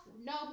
no